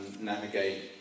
navigate